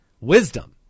wisdom